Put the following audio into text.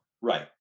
Right